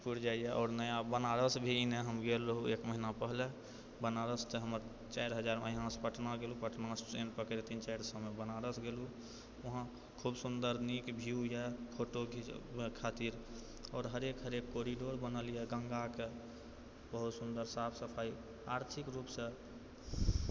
पुरी जाइयै आओर नया बनारस भी एनय हम गेल रहु एक महिना पहिले बनारस तऽ हमर चारि हजारमे एनेसँ पटना गेलहु पटनासँ ट्रेन पकड़िके तीन चारि सएमे बनारस गेलहुँ वहाँ खूब सुन्दर नीक व्यू यऽ फोटो खीचै खातिर आओर हरेक हरेक कोरिडोर बनल यऽ गङ्गाके बहुत सुन्दर साफ सफाइ आर्थिक रुपसँ